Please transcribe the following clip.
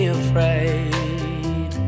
afraid